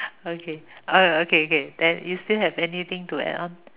okay okay okay then you still have anything to add on